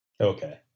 Okay